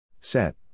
set